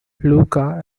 luca